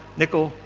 nickel,